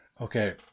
Okay